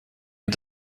and